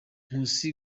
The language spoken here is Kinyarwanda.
nkusi